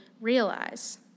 realize